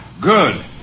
Good